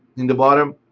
in the bottom,